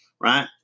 Right